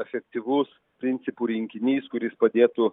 efektyvus principų rinkinys kuris padėtų